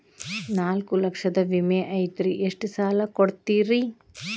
ನಾಲ್ಕು ಲಕ್ಷದ ವಿಮೆ ಐತ್ರಿ ಎಷ್ಟ ಸಾಲ ಕೊಡ್ತೇರಿ?